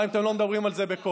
גם אם אתם לא מדברים על זה בקול.